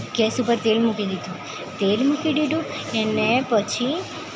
gas ઉપર તેલ મૂકી દીધું તેલ મૂકી દીધું એને પછી